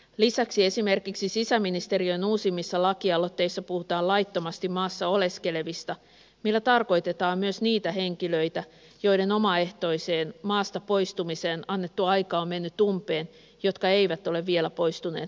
lisäksi esimerkiksi sisäministeriön uusimmissa laki aloitteissa puhutaan laittomasti maassa oleskelevista millä tarkoitetaan myös niitä henkilöitä joiden omaehtoiseen maasta poistumiseen annettu aika on mennyt umpeen ja jotka eivät ole vielä poistuneet maasta